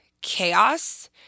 chaos